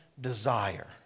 desire